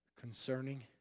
concerning